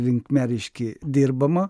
linkme reiškia dirbama